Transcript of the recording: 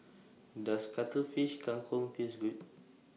Does Cuttlefish Kang Kong Taste Good